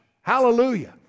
Hallelujah